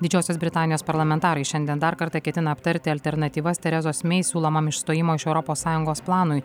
didžiosios britanijos parlamentarai šiandien dar kartą ketina aptarti alternatyvas teresos mei siūlomam išstojimo iš europos sąjungos planui